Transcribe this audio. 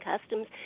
customs